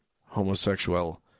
homosexual